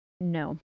no